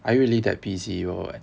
are you really that busy or what